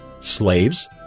Slaves